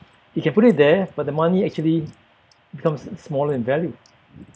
you can put it there but the money actually becomes smaller in value